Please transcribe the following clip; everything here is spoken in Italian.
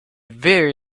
veri